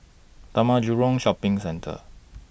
Taman Jurong Shopping Centre